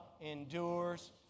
endures